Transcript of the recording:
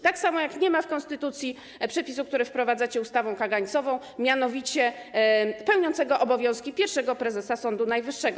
Tak samo, jak nie ma w konstytucji przepisu, który wprowadzacie ustawą kagańcową, mianowicie pełniącego obowiązki pierwszego prezesa Sądu Najwyższego.